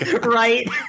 right